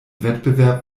wettbewerb